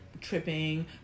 tripping